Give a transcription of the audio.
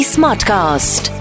Smartcast